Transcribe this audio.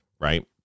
right